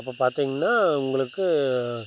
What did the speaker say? அப்போ பார்த்திங்கன்னா உங்களுக்கு